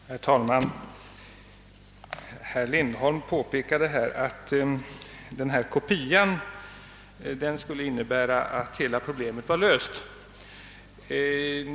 Herr talman! Herr Lindholm gjorde gällande att den kopia det var fråga om skulle innebära att hela problemet är löst.